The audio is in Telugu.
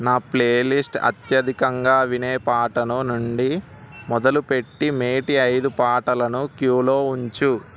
నా ప్లేలిస్ట్ అత్యధికంగా వినే పాటను నుండి మొదలుపెట్టి మేటి ఐదు పాటలను క్యులో ఉంచు